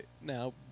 Now